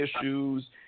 issues